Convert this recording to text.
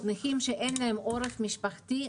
נכים שאין להם עורף משפחתי.